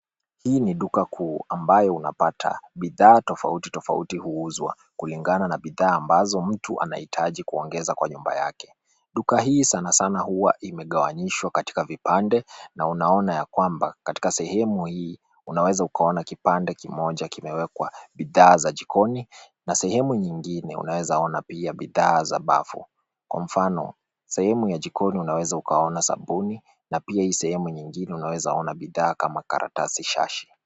Hii ni duka kuu ambayo unapata bidhaa tofauti tofauti huuzwa kulingana na bidhaa ambazo mtu anahitaji kuongeza kwa nyumba yake. Duka hii sana sana huwa imegawanyishwa katika vipande na unaona ya kwamba katika sehemu hii unaweza ukaona kipande kimoja kiwekwa bidhaa za jikoni na sehemu nyingine unaweza ona pia bidhaa za bafu. Kwa mfano sehemu ya jikoni unaweza kuona sabuni na pia hii sehemu nyingine unaweza ona bidhaa kama karatasi shashi.